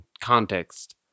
context